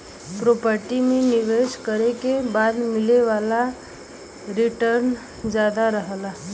property में निवेश करे के बाद मिले वाला रीटर्न जादा रहला